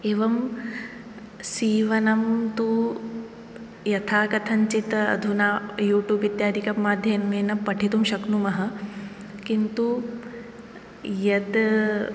एवं सीवनं तु यथा कथञ्चित् अधुना यूट्यूब् इत्यादिकं माध्यमेन पठितुं शक्नुमः किन्तु यद्